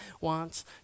wants